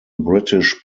british